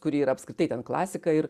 kuri yra apskritai ten klasika ir